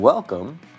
Welcome